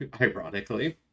ironically